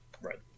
right